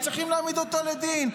היינו צריכים להעמיד אותו לדין,